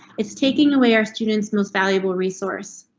it's taking away our students most valuable resource.